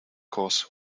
course